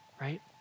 right